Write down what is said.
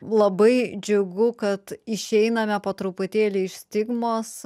labai džiugu kad išeiname po truputėlį iš stigmos